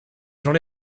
j’en